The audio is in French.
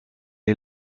est